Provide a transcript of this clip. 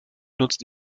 nutzt